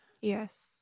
Yes